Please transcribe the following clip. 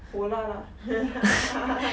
holat